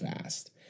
fast